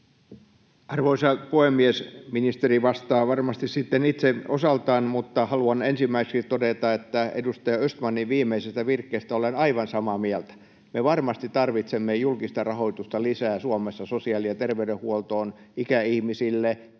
Arvoisa puhemies! Ministeri vastaa varmasti sitten itse osaltaan, mutta haluan ensimmäiseksi todeta edustaja Östmanin viimeisestä virkkeestä, että olen aivan samaa mieltä. Me varmasti tarvitsemme lisää julkista rahoitusta Suomessa sosiaali- ja terveydenhuoltoon, ikäihmisille,